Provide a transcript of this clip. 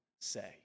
say